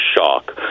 shock